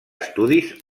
estudis